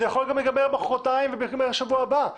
זה יכול גם להיגמר מחרתיים או שבוע הבא.